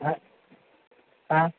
हा हा